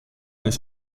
n’est